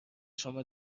شما